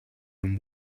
than